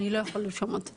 "אני לא יכול לרשום אותו",